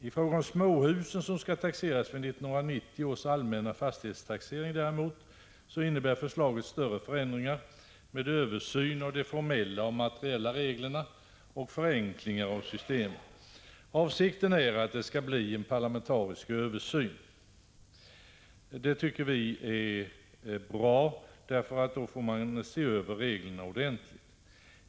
I fråga om småhusen, som skall taxeras vid 1990 års allmänna fastighetstaxering, innebär förslaget däremot större förändringar med översyn av de formella och materiella reglerna och förenklingar av systemet. Avsikten är att det skall bli en parlamentarisk översyn. Det tycker vi är bra, eftersom man då får se över reglerna ordentligt.